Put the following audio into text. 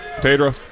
Pedro